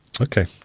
Okay